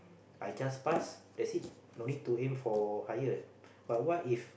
I just pass that's it no need to aim for higher but what if